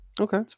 Okay